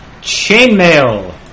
Chainmail